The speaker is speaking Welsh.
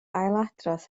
ailadrodd